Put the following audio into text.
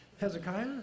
Hezekiah